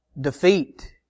defeat